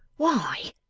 why,